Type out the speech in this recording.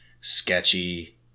sketchy